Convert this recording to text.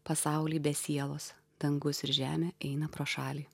pasauly be sielos dangus ir žemė eina pro šalį